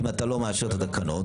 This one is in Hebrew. אם אתה לא מאשר את התקנות,